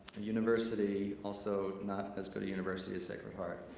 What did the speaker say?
a university, also not as good a university as sacred heart.